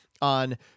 on